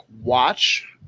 watch